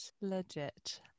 legit